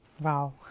Wow